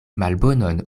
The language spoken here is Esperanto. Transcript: malbonon